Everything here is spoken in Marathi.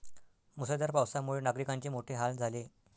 मुसळधार पावसामुळे नागरिकांचे मोठे हाल झाले